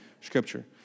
Scripture